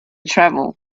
travel